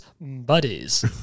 buddies